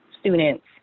students